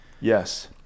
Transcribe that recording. Yes